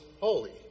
holy